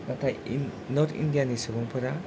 नाथाय in north India नि सुबुंफोरा